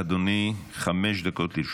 בבקשה, אדוני, חמש דקות לרשותך.